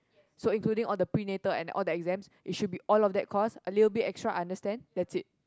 so including all the prenatal and all the exams it should be all of that cost a little bit extra I understand that's it